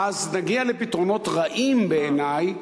אז נגיע לפתרונות רעים בעיני,